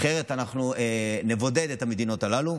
אחרת אנחנו נבודד את המדינות הללו.